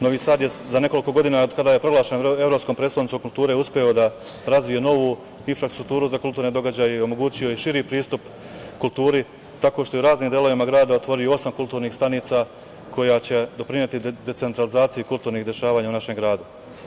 Novi Sad je za nekoliko godina, od kada je proglašen evropskom prestonicom kulture, uspeo da razvije novu infrastrukturu za kulturne događaje i omogućio je širi pristup kulturi tako što je u raznim delovima grada otvorio osam kulturnih stanica koje će doprineti decentralizaciji kulturnih dešavanja u našem gradu.